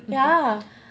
yeah